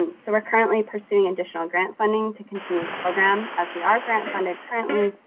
and so we're currently pursuing additional grant funding to continue the program as we are grant funded currently,